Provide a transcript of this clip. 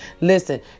Listen